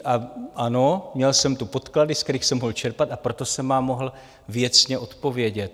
A ano, měl jsem tu podklady, z kterých jsem mohl čerpat, a proto jsem vám mohl věcně odpovědět.